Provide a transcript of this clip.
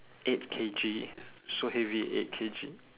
eight K_G so heavy eight K_G